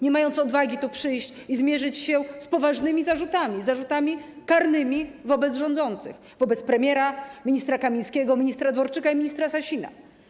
Nie mają odwagi tu przyjść i zmierzyć się z poważnymi zarzutami, zarzutami karnymi wobec rządzących, premiera, ministra Kamińskiego, ministra Dworczyka i ministra Sasina.